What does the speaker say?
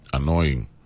annoying